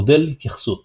מודל התייחסות